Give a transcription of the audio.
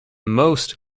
most